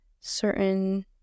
certain